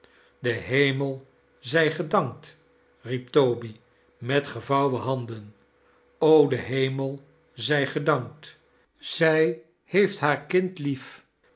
de hemel zij gedankt riep toby met gevouwen handen de hemel zij gedankt zij heeft haar kind lief